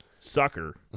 sucker